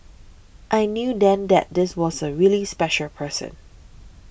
I knew then that this was a really special person